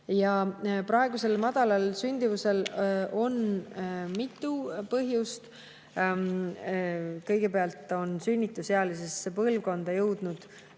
Ja praegusel madalal sündimusel on mitu põhjust. Kõigepealt on sünnitusealisesse põlvkonda jõudnud